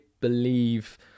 believe